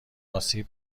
آسیب